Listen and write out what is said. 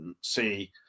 see